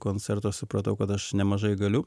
koncerto supratau kad aš nemažai galiu